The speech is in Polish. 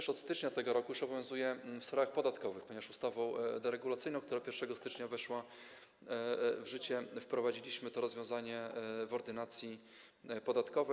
Ona od stycznia tego roku już obowiązuje w sprawach podatkowych, ponieważ ustawą deregulacyjną, która 1 stycznia weszła w życie, wprowadziliśmy to rozwiązanie w Ordynacji podatkowej.